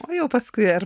o jau paskui ar